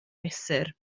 fesur